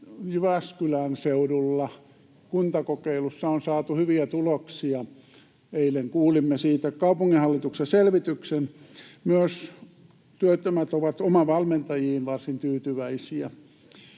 Jyväskylän seudulla kuntakokeilussa on saatu hyviä tuloksia — eilen kuulimme siitä kaupunginhallituksen selvityksen. Myös työttömät ovat omavalmentajiin varsin tyytyväisiä.